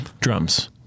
Drums